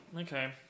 Okay